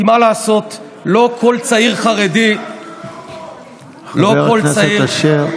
כי מה לעשות, לא כל צעיר חרדי, חבר הכנסת אשר.